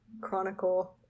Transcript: Chronicle